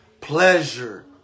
pleasure